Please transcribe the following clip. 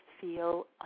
feel